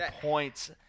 points